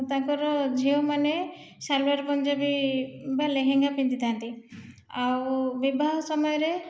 ତାଙ୍କର ଝିଅମାନେ ଶାଲୱାର ପଞ୍ଜାବୀ ବା ଲେହେଙ୍ଗା ପିନ୍ଧିଥାନ୍ତି ଆଉ ବିବାହ ସମୟରେ